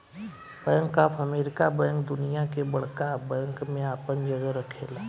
bank of America bank दुनिया के बड़का बैंक में आपन जगह रखेला